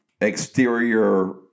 exterior